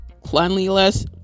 cleanliness